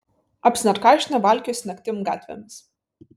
apsinarkašinę valkiojasi naktim gatvėmis